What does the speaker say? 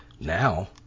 Now